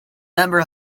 member